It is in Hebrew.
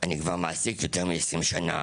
אני כבר מעסיק עובדים יותר מ-20 שנה